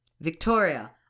Victoria